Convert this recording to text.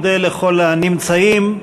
מודה לכל הנמצאים.